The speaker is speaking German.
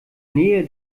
nähe